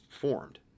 formed